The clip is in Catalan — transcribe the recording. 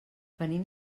venim